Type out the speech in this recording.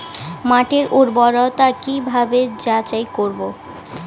মাটির উর্বরতা কি ভাবে যাচাই করব?